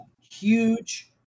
huge